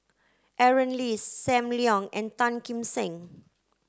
Aaron Lee Sam Leong and Tan Kim Seng